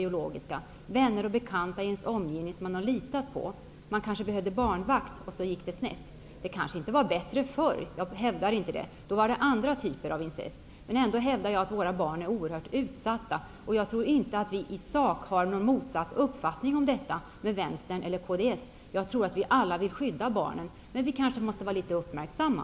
Det kan vara vänner och bekanta i en persons omgivning som vederbörande har litat på. Kanske behövde man en barnvakt, och så gick det snett. Jag hävdar inte att det var bättre förr. Då förekom andra typer av incest. Men jag hävdar att våra barn är oerhört utsatta. Jag tror inte att vänstern eller vi i Kds i sak har motsatt uppfattning, utan jag tror att vi alla vill skydda barnen. Men kanske måste vi vara litet uppmärksamma.